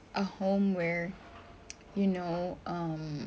a home where you know um